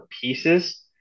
pieces